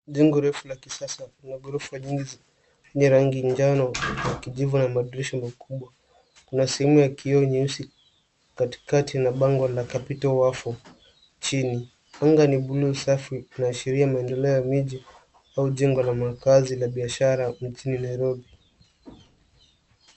Jengo refu la kisasa yenye gorofa nyingi yenye rangi ya njano na kijivu na madirisha makubwa. Kuna sehemu ya kioo nyeusi katikati na bango la CAPITAL WAFFLES chini. Anga ni bluu safi inaashiria maendeleo ya miji au jengo la makaazi la biashara mjini Nairobi.